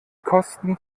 kosten